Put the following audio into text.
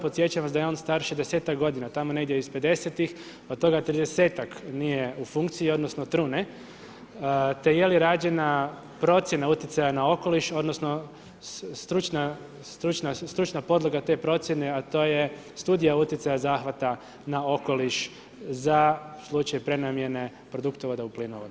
Podsjećam vas da je on star 60-ak godina, tamo negdje iz '50ih od toga 30-ak nije u funkciji, odnosno trune te je li rađena procjena utjecaja na okoliš, odnosno stručna podloga te procjene, a to je studija utjecaja zahvata na okoliš za slučaj prenamjene produktovoda u plinovod?